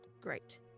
Great